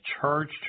charged